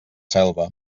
selva